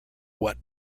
what